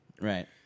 Right